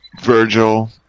Virgil